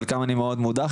חלקם אני מאוד מעודד,